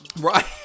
Right